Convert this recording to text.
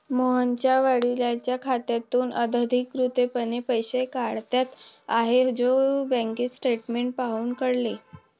मोहनच्या वडिलांच्या खात्यातून अनधिकृतपणे पैसे काढण्यात आले होते, जे बँकेचे स्टेटमेंट पाहून कळले